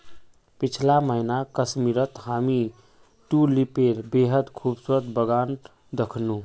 पीछला महीना कश्मीरत हामी ट्यूलिपेर बेहद खूबसूरत बगान दखनू